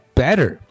better